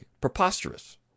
preposterous